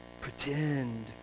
pretend